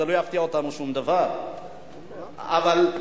שום דבר לא יפתיע אותנו.